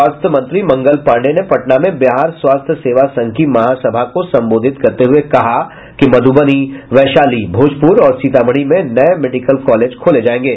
स्वास्थ्य मंत्री मंगल पाण्डेय ने पटना में बिहार स्वास्थ्य सेवा संघ की महासभा को संबोधित करते हुये कहा कि मध्यबनी वैशाली भोजपुर और सीतामढ़ी में नये मेडिकल कॉलेज खोले जायेंगे